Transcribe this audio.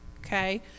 Okay